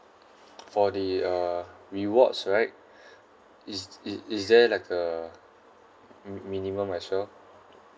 for the uh rewards right is it is there like a m~ minimum as well